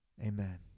Amen